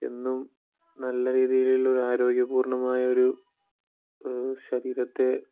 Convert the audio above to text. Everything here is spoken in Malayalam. എന്നും നല്ല രീതിയിലുള്ള ഒരു ആരോഗ്യപൂർണ്ണമായ ഒരു ശരീരത്തെ